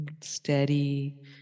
Steady